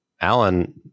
Alan